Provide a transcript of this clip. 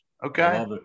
Okay